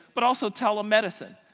but also tele-medicine.